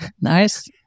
Nice